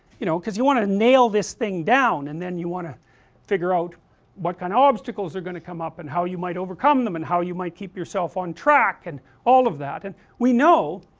you know, because you want to nail this thing down and then you want to figure out what kind of obstacles are going to come up and how you might overcome them and how you might keep yourself on track and all of that we know,